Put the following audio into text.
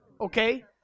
okay